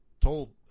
told